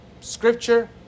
Scripture